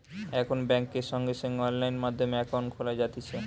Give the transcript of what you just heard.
এখন বেংকে সঙ্গে সঙ্গে অনলাইন মাধ্যমে একাউন্ট খোলা যাতিছে